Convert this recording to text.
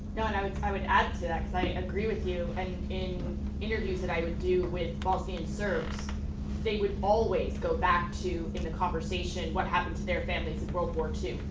i would add to that, because i agree with you and in interviews that i would do with bosnian serbs they would always go back to in the conversation what happened to their families in world war two,